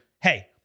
hey